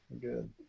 good